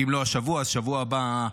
אם לא השבוע אז בשבוע הבא.